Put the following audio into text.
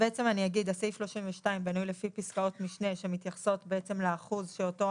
סעיף 32 בנוי לפי פסקאות משנה שמתייחסות בעצם לאחוז שאותו